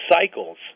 cycles